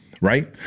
right